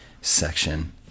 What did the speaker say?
section